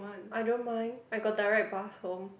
I don't mind I got direct bus home